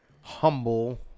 humble